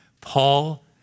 Paul